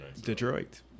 Detroit